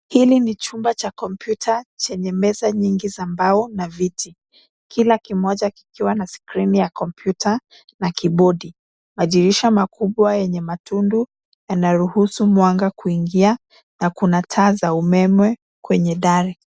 Hili ni chumba cha kompyuta chenye meza nyingi za mbao na viti, kila kimoja kikiwa na skrini ya kompyuta na kibodi. Madirisha makubwa yenye matundu yanaruhusu mwanga kuingia na kuna taa za umeme kwenye dari.